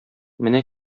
менә